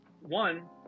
one